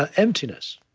ah emptiness